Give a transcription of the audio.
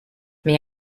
may